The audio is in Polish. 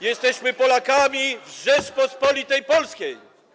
Jesteśmy Polakami w Rzeczypospolitej Polskiej.